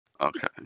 okay